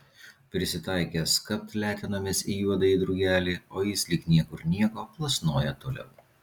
prisitaikęs kapt letenomis juodąjį drugelį o jis lyg niekur nieko plasnoja toliau